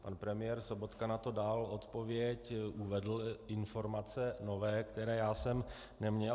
Pan premiér Sobotka na to dal odpověď, uvedl informace nové, které já jsem neměl.